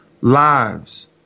lives